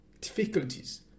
difficulties